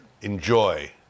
enjoy